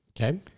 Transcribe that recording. Okay